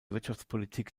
wirtschaftspolitik